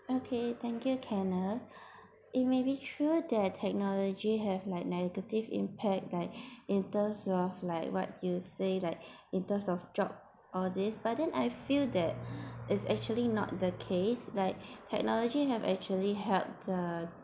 okay thank you kenneth it may be true that technology has like negative impact like in terms of like what you said like in terms of job and all this but then I feel that it's actually not the case like technology have actually help the